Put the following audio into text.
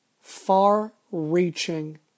far-reaching